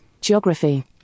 geography